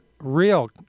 real